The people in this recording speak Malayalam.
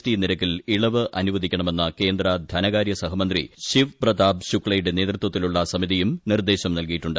ടി നിരക്കിൽ ഇളവ് അനുവദിക്കണ്മെന്ന കേന്ദ്ര ധനകാര്യ സഹമന്ത്രി ശിവ് പ്രത്യാപ് ശുക്ലയുടെ നേതൃത്വത്തിലുള്ള സമിതിയും നിർദ്ദേശം നൽകിയിട്ടുണ്ട്